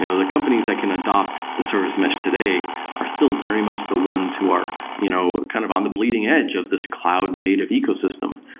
the companies that can adapt the service mesh today are still very much the ones who are you know kind of on the bleeding edge of this cloud native ecosystem.